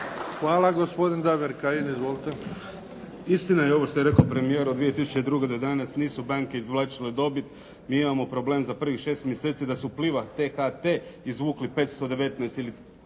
**Kajin, Damir (IDS)** Istina je ovo što je rekao premijer od 2002. do danas nisu banke izvlačile dobit. Mi imamo problem za prvih 6 mjeseci da su Pliva, THT izvukli 519 ili